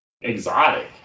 exotic